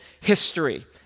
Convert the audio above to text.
history